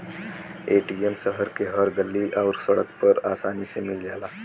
ATM शहर के हर गल्ली आउर सड़क पर आसानी से मिल जाला